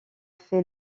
fait